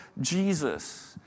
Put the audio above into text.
Jesus